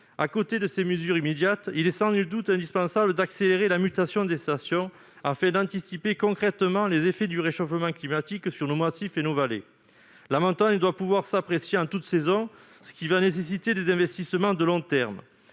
À côté de ces mesures immédiates, il est sans nul doute indispensable d'accélérer la mutation des stations, afin d'anticiper concrètement les effets du réchauffement climatique sur nos massifs et nos vallées. La montagne doit pouvoir s'apprécier en toutes saisons, ce qui va nécessiter des investissements de long terme.